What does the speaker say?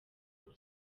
uko